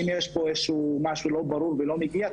אם יש פה משהו לא ברור ולא מגיע,